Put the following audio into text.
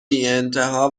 بیانتها